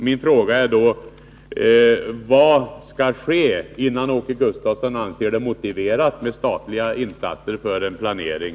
Min fråga är då: Vad skall ske innan Åke Gustavsson anser det motiverat med statliga insatser för en planering?